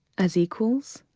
as equals?